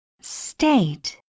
State